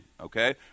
okay